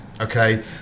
okay